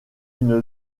une